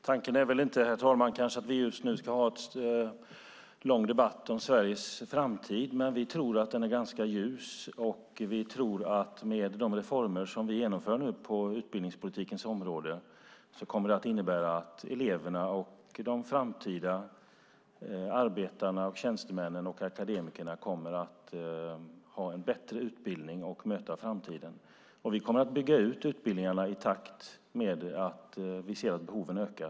Herr talman! Tanken är väl kanske inte att vi just nu ska ha en lång debatt om Sveriges framtid, men vi tror att den är ganska ljus. Och vi tror att de reformer som vi genomför nu på utbildningspolitikens område kommer att innebära att eleverna och de framtida arbetarna, tjänstemännen och akademikerna kommer att möta framtiden med en bättre utbildning. Vi kommer att bygga ut utbildningarna i takt med att vi ser att behoven ökar.